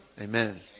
Amen